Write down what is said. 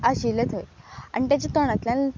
आशिल्लें थंय आनी तेच्या तोंडांतल्यान